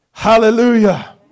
Hallelujah